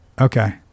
Okay